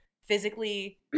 Physically